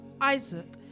Isaac